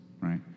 right